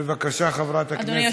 בבקשה, חברת הכנסת בירן.